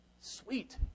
Sweet